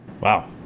Wow